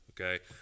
Okay